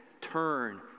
turn